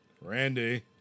Randy